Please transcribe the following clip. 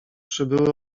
przybyły